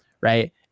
right